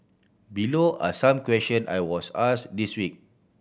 below are some question I was asked this week